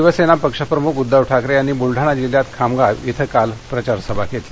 शिवसत्तापक्षप्रमुख उद्धव ठाकरत्रांनी बुलडाणा जिल्ह्यात खामगाव इथं काल प्रचारसभा घरत्ती